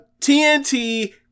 TNT